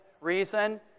reason